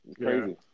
crazy